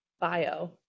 bio